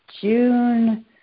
June